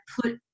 put